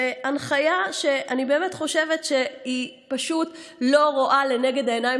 בהנחיה שאני באמת חושבת שהיא פשוט לא רואה לנגד העיניים